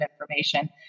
information